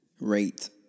Rate